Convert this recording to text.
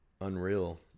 unreal